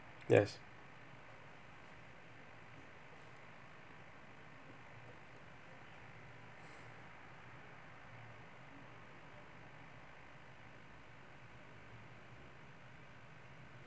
yes